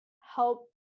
help